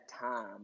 time